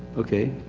okay.